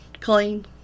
clean